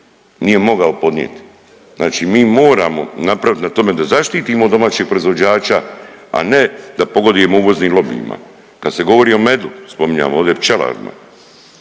nije mogao podnijeti. Znači mi moramo napravit na tome da zaštitimo domaćeg proizvođača, a ne da pogodujemo uvoznim lobijima. Kad se govori o medu, spominjali ovdje pčelarima,